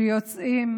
שיוצאים